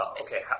Okay